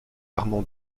armand